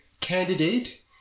candidate